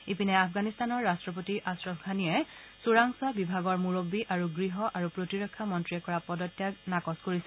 ইপিনে আফগানিস্তানৰ ৰাট্টপতি আশ্ৰফ ঘানীয়ে চোৰাং চোৱা বিভাগৰ মুৰববী আৰু গৃহ আৰু প্ৰতিৰক্ষা মন্ত্ৰীয়ে কৰা পদত্যাগ নাকচ কৰিছে